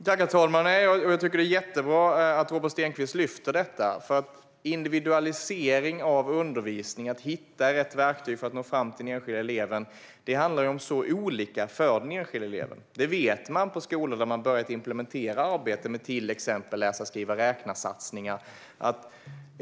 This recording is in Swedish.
Herr talman! Jag tycker att det är jättebra att Robert Stenkvist lyfter fram detta. Individualisering av undervisningen och att hitta rätt verktyg för att nå fram till den enskilda eleven handlar nämligen om så olika saker för den enskilda eleven. Det vet man på skolor där man har börjat implementera arbetet med till exempel läsa-, skriva och räknasatsningar.